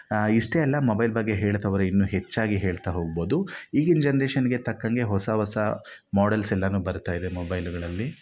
ಇಷ್ಟೇ ಅಲ್ಲ ಮೊಬೈಲ್ ಬಗ್ಗೆ ಹೇಳ್ತಾ ಹೋದ್ರೆ ಇನ್ನು ಹೆಚ್ಚಾಗಿ ಹೇಳ್ತಾ ಹೋಗ್ಬೋದು ಈಗಿನ ಜನರೇಶನ್ ತಕ್ಕಂತೆ ಹೊಸ ಹೊಸ ಮೊಡಲ್ಸ್ ಎಲ್ಲನೂ ಬರ್ತಾಯಿದೆ ಮೊಬೈಲ್ಗಳಲ್ಲಿ